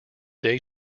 day